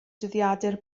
dyddiadur